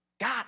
God